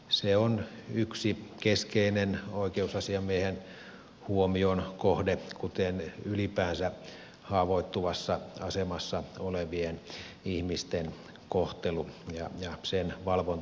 se on yksi keskeinen oikeusasiamiehen huomion kohde kuten ylipäänsä haavoittuvassa asemassa olevien ihmisten kohtelu ja sen valvonta